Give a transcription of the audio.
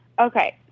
Okay